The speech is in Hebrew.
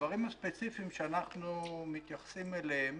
הדברים הספציפיים שאנחנו מתייחסים אליהם